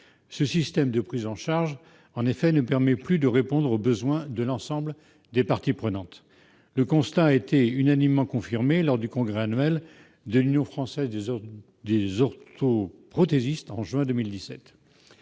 Ce système de prise en charge ne permet plus de répondre aux besoins de l'ensemble des parties prenantes. Le constat a été unanimement confirmé en juin 2017, lors du congrès annuel de l'Union française des orthoprothésistes. Une